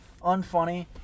unfunny